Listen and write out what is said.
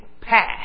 path